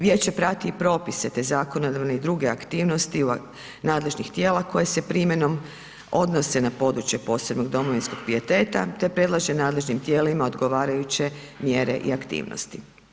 Vijeće prati i propise te zakonodavne i druge aktivnosti nadležnih tijela koje se primjenom odnose na područje posebnog domovinskog pijeteta te predlaže nadležnim tijelima odgovarajuće mjere i aktivnosti.